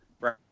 right